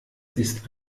ist